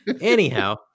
Anyhow